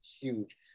huge